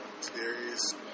serious